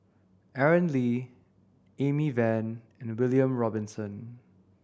Aaron Lee Amy Van and William Robinson